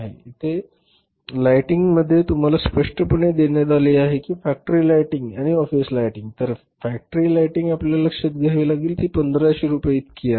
आणि येथे लाईटनिंग मध्ये तुम्हाला स्पष्टपणे देण्यात आले आहे फॅक्टरी लाइटिंग आणि ऑफिस लाइटिंग तर येथे फक्त फॅक्टरी लाइटिंग आपल्याला लक्षात घ्यावी लागेल आणि ती रक्कम 1500 रुपये इतकी आहे